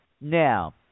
Now